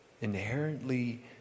inherently